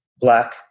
Black